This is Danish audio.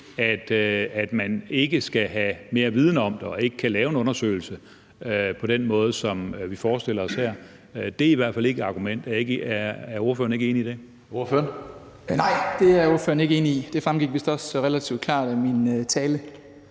at man ikke skal have mere viden om det og ikke kan lave en undersøgelse på den måde, som vi forestiller os her, er i hvert fald ikke et argument. Er ordføreren ikke enig i det? Kl. 16:54 Tredje næstformand (Karsten